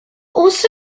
also